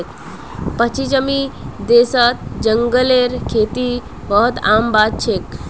पश्चिमी देशत जंगलेर खेती बहुत आम बात छेक